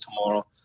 tomorrow